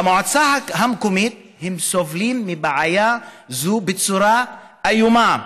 במועצה המקומית הם סובלים מבעיה זו בצורה איומה.